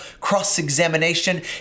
cross-examination